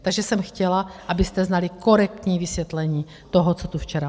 Takže jsem chtěla, abyste znali korektní vysvětlení toho, co tu včera padalo.